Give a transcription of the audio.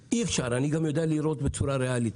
אבל אני גם יודע לראות בצורה ריאלית.